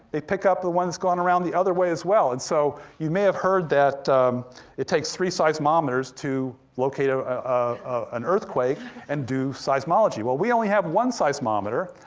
pick up the ones going around the other way as well. and so, you may have heard that it takes three seismometers to locate ah ah an earthquake and do seismology, well, we only have one seismometer,